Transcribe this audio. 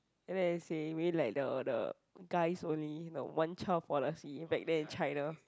and then you say maybe like the the guys only the one child policy back then in China